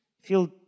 feel